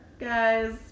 Guys